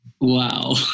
Wow